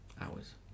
hours